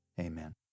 amen